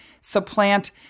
supplant